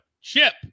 Chip